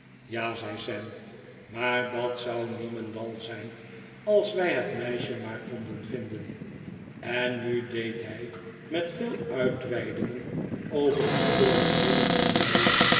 ja zei sam maar dat zou nieme'ndal zijn als wij het meisje maar konden vinden en nu deed hij met veel uitweidingen over de bekoorlijkheden van mary